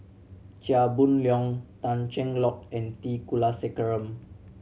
Chia Boon Leong Tan Cheng Lock and T Kulasekaram